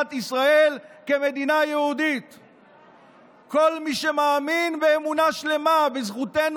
הכנסת, אנא שמרו על השקט.